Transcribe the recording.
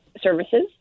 services